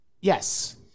Yes